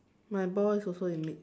my ball is also in mid air